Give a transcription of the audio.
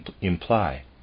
imply